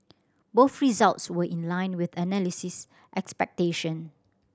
both results were in line with analyst expectation